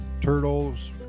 turtles